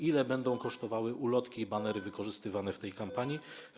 Ile będą kosztowały ulotki i banery wykorzystywane w tej kampanii?